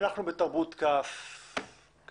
אני